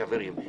חברים.